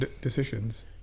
decisions